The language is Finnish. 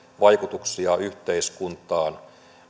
vaikutuksia yhteiskuntaan